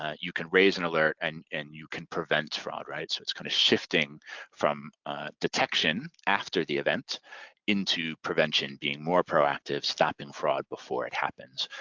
ah you can raise an alert and and you can prevent fraud, right? so it's kind of shifting from detection after the event into prevention, being more proactive, stopping fraud before it happens.